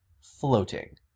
floating